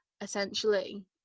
essentially